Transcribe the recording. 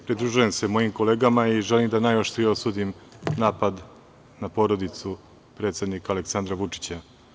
Pridružujem se mojim kolegama i želim da najoštrije osudim napad na porodicu predsednika Aleksandra Vučića.